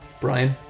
Brian